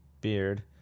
beard